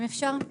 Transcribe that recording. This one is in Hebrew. אם אפשר.